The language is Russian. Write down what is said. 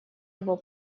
его